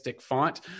font